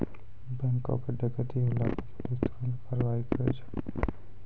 बैंको के डकैती होला पे पुलिस तुरन्ते कारवाही करै छै